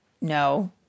No